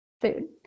food